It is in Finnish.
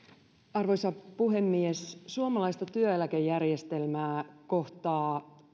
arvoisa puhemies suomalaista työeläkejärjestelmää kohtaa